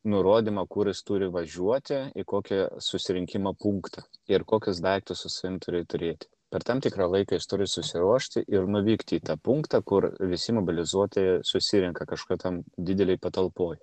nurodymą kur jis turi važiuoti į kokį susirinkimo punktą ir kokius daiktus su savim turi turėti per tam tikrą laiką jis turi susiruošti ir nuvykti į tą punktą kur visi mobilizuoti susirenka kažkokioj ten didelėj patalpoj